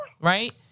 Right